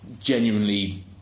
genuinely